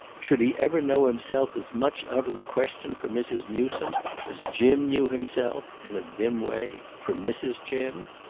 should he ever know himself as much out of the question for mrs. newsome as jim knew himself in a dim way for mrs. jim?